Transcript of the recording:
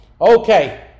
Okay